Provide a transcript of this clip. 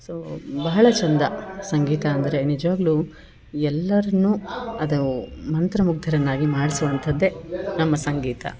so ಬಹಳ ಚಂದ ಸಂಗೀತ ಅಂದರೆ ನಿಜವಾಗ್ಲೂ ಎಲ್ಲರನ್ನು ಅದು ಮಂತ್ರಮುಗ್ದರನ್ನಾಗಿ ಮಾಡಿಸುವಂಥದ್ದೇ ನಮ್ಮ ಸಂಗೀತ